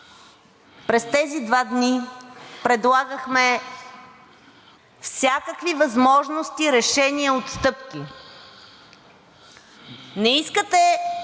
през тези два дни предлагахме всякакви възможности, решения, отстъпки. Не искате